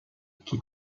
qui